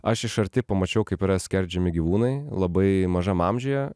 aš iš arti pamačiau kaip yra skerdžiami gyvūnai labai mažam amžiuje